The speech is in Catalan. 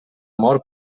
mort